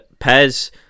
Pez